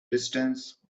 distance